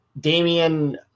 Damian